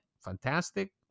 Fantastic